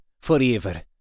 forever